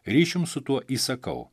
ryšium su tuo įsakau